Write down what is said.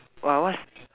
!wah! what's